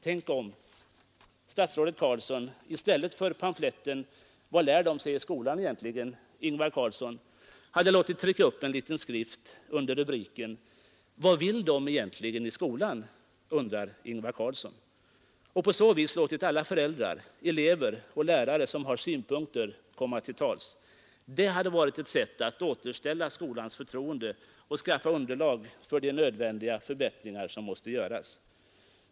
Tänk om statsrådet Carlsson i stället för pamfletten Vad lär de sig i skolan egentligen, Ingvar Carlsson? hade låtit trycka upp en liten skrift under rubriken Vad vill de egentligen i skolan? undrar Ingvar Carlsson, och på så sätt låtit alla föräldrar, elever och lärare som har synpunkter komma till tals — det hade varit ett sätt att återställa skolans förtroende och skaffa underlag för de fortsatta reformer som måste göras.